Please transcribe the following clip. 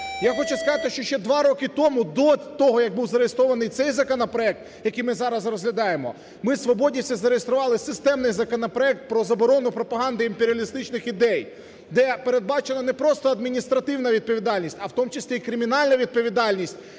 Я хочу сказати, що ще два роки тому до того, як був зареєстрований цей законопроект, який ми зараз розглядаємо, ми, свободівці, зареєстрували системний законопроект про заборону пропаганди імперіалістичних ідей, де передбачена не просто адміністративна відповідальність, а в тому числі і кримінальна відповідальність